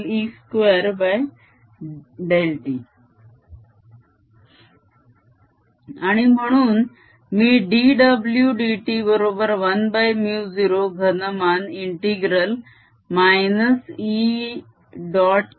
B0 dV012E2∂t आणि म्हणून मी dw dt बरोबर 1μ0 घनमान∫ E